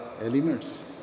elements